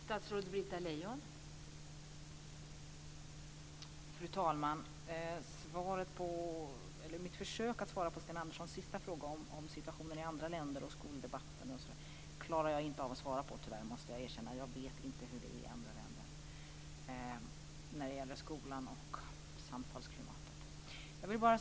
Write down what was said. Fru talman! Jag måste tyvärr erkänna att jag inte klarar av att svara på Sten Anderssons sista fråga om situationen i andra länder och skoldebatten där. Jag vet inte hur det är i andra länder när det gäller skolan och samtalsklimatet.